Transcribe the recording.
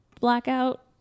blackout